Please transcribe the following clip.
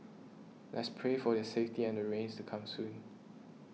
let's pray for their safety and the rains to come soon